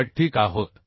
8 ठीक आहोत